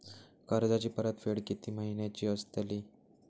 कर्जाची परतफेड कीती महिन्याची असतली?